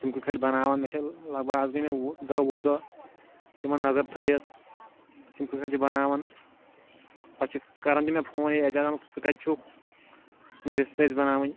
تِم کِتھ کٲٹھۍ بناوان مےٚ چھ لگ بَگ آز گٔے مےٚ وُہ دہ وُہ دۄہ یِمَن نظر تھٲیِتھ تِم کِتھ کٲٹھۍ چھ بناوان پتہٕ چھ کران تِم مےٚ فون ہے ایجاز احمد ژٕ کتہِ چھُکھ یِم رِستہٕ ٲسۍ بناوٕنۍ